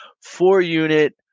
four-unit